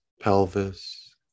pelvis